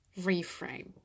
reframe